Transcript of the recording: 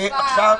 הופה.